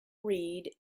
read